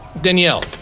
Danielle